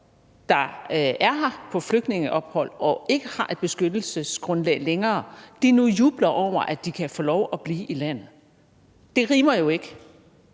der er her på flygtningeophold og ikke længere har et beskyttelsesgrundlag, nu jubler over, at de kan få lov at blive i landet. Det rimer jo ikke.